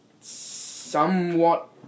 somewhat